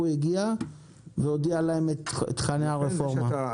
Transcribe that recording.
הוא הגיע והודיע להם את תכני הרפורמה.